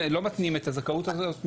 לא מתנים את הזכאות הזאת,